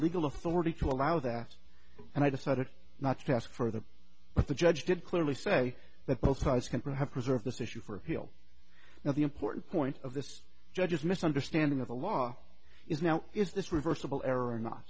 legal authority to allow that and i decided not to ask for that but the judge did clearly say that both sides can perhaps preserve this issue for hill now the important point of this judge's misunderstanding of the law is now is this reversible error or not